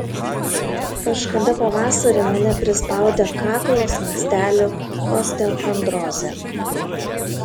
kažkada pavasarį mane prispaudė kaklo slankstelių osteochondrozė